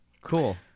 Cool